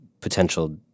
potential